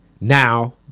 Now